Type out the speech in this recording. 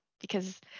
because-